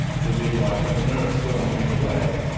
the midwife and the nurse well made away,